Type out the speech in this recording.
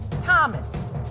Thomas